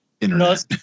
internet